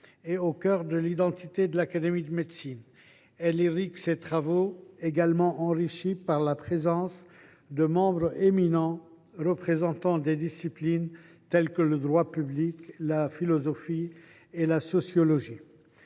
est au cœur de l’identité de l’Académie nationale de médecine. Elle irrigue ses travaux, également enrichis par la présence de membres éminents représentant des disciplines telles que le droit public, la philosophie ou la sociologie.